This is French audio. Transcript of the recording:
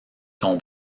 sont